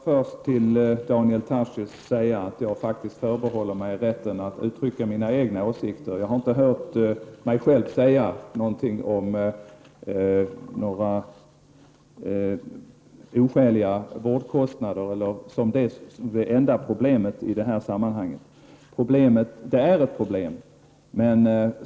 Herr talman! Jag förbehåller mig faktiskt rätten, Daniel Tarschys, att uttrycka mina egna åsikter. Jag har inte hört mig själv säga något om några oskäliga vårdkostnader som det enda problemet i det här sammanhanget. Vårdkostnaderna är ett problem.